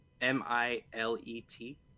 M-I-L-E-T